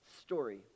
story